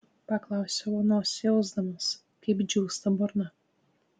paklausiau onos jausdamas kaip džiūsta burna